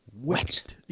wet